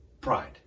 pride